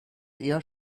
eher